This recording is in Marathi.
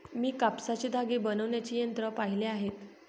मी कापसाचे धागे बनवण्याची यंत्रे पाहिली आहेत